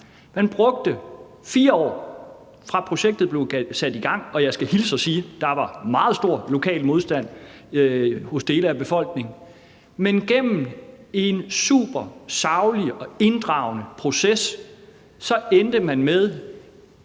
Man brugte 4 år, fra projektet blev sat i gang, og jeg skal hilse og sige, at der var meget stor lokal modstand hos dele af befolkningen. Men gennem en super, saglig og inddragende proces endte man med